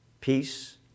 peace